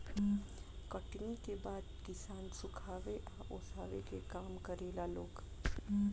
कटनी के बाद किसान सुखावे आ ओसावे के काम करेला लोग